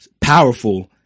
powerful